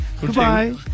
Goodbye